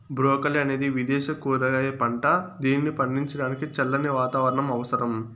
broccoli అనేది విదేశ కూరగాయ పంట, దీనిని పండించడానికి చల్లని వాతావరణం అవసరం